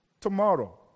tomorrow